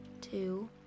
two